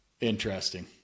Interesting